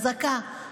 אזעקה.